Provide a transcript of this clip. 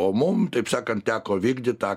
o mum taip sakant teko vykdyt tą